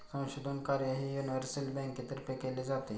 संशोधन कार्यही युनिव्हर्सल बँकेतर्फे केले जाते